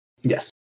Yes